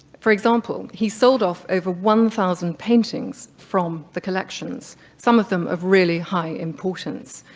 for example, he sold off over one thousand paintings from the collections. some of them of really high importance.